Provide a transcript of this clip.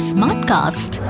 Smartcast